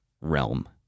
realm